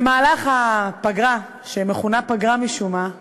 במהלך הפגרה, שמכונה פגרה משום מה,